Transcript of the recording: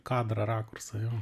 kadrą rakursą jo